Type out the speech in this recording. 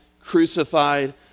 crucified